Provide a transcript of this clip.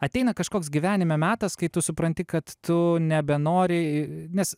ateina kažkoks gyvenime metas kai tu supranti kad tu nebenori nes